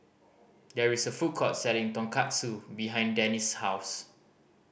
there is a food court selling Tonkatsu behind Dannie's house